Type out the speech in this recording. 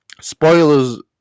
Spoilers